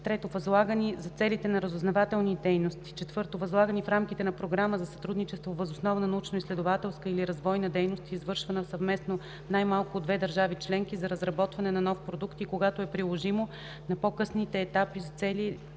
3. възлагани за целите на разузнавателни дейности; 4. възлагани в рамките на програма за сътрудничество въз основа на научноизследователска и развойна дейност, извършвана съвместно най-малко от две държави – членки, за разработване на нов продукт, и когато е приложимо – на по-късните етапи за целия